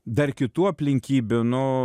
dar kitų aplinkybių nu